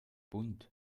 bunt